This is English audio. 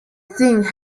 thing